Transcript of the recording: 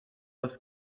less